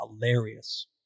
hilarious